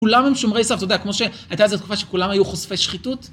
כולם הם שומרי סף, אתה יודע, כמו שהייתה איזו תקופה שכולם היו חושפי שחיתות.